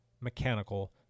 mechanical